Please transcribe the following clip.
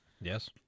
Yes